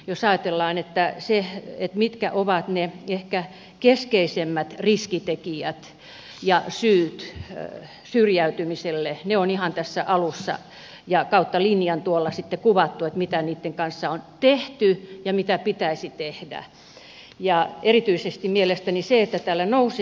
jos ajatellaan mitkä ovat ehkä ne keskeisimmät riskitekijät ja syyt syrjäytymiselle ne ovat ihan tässä alussa ja kautta linjan tuolla on sitten kuvattu mitä niiden kanssa on tehty ja pitäisi tehdä niin erityisesti mielestäni se että täällä nousi